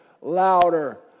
louder